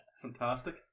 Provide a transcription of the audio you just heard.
Fantastic